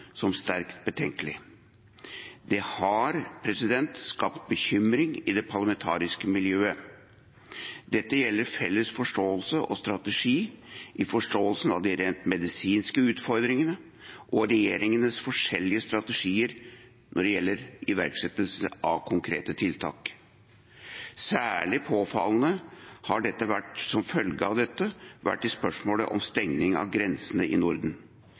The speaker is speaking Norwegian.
som sterkt betenkelig. Det har skapt bekymring i det parlamentariske miljøet. Dette gjelder forståelsen av de rent medisinske utfordringene og regjeringenes forskjellige strategier når det gjelder iverksettelse av konkrete tiltak. Særlig påfallende har dette vært i spørsmålet om stenging av grensene i Norden,